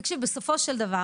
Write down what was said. תקשיב, בסופו של דבר